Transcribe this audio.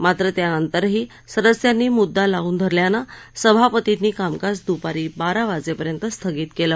मात्र त्यानंतरही सदस्यांनी मुद्दा लावून धरल्यानं सभापतींनी कामकाज दुपारी बारा वाजेपर्यंत स्थगित केलं